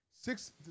Six